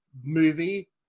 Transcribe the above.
movie